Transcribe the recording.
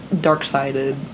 dark-sided